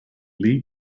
lee